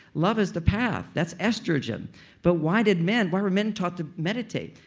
love is the path. that's estrogen but why did men, why were men taught to mediate?